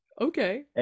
okay